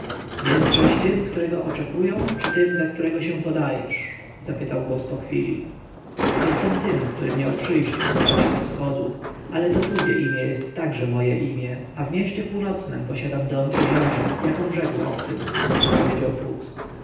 jestżeś tym którego oczekują czy tym za którego się podajesz zapytał głos po chwili jestem ten który miał przyjść od braci ze wschodu ale to drugie imię jest także moje imię a w mieście północnem posiadam dom i ziemię jakom rzekł obcym odpowiedział phut